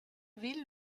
villes